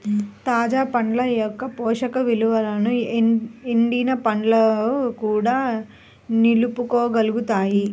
తాజా పండ్ల యొక్క పోషక విలువలను ఎండిన పండ్లు కూడా నిలుపుకోగలుగుతాయి